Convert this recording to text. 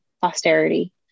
posterity